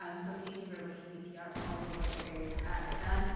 um so thank you very much for bpr for all the work that they have done.